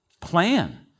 plan